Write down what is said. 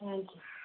thank you